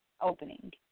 Opening